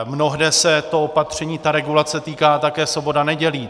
Mnohde se to opatření regulace týká také sobot a nedělí.